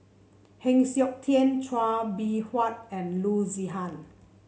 Heng Siok Tian Chua Beng Huat and Loo Zihan